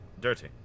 dirty